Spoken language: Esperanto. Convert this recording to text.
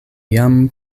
jam